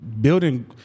building